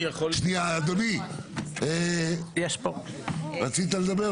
רצית לדבר?